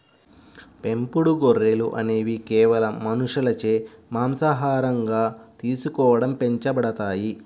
పెంపుడు గొర్రెలు అనేవి కేవలం మనుషులచే మాంసాహారంగా తీసుకోవడం పెంచబడతాయి